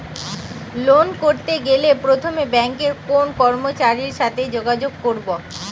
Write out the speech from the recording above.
Loan করতে গেলে প্রথমে ব্যাঙ্কের কোন কর্মচারীর সাথে যোগাযোগ করব?